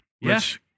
Yes